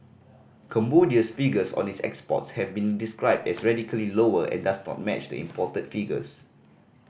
Cambodia's figures on its exports have been described as radically lower and does not match the imported figures